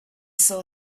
saw